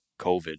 COVID